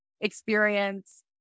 experience